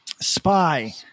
Spy